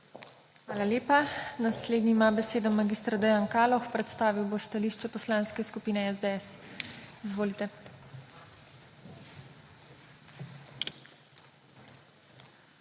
Hvala lepa. Naslednji ima besedo mag. Dejan Kaloh. Predstavil bo stališče Poslanske skupine SDS. Izvolite. **MAG.